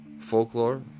folklore